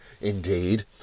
indeed